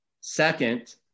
Second